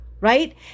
Right